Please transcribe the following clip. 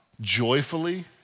joyfully